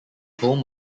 home